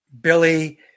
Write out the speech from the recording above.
Billy